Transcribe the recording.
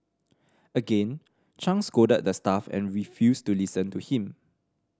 again Chang scolded the staff and refused to listen to him